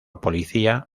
policía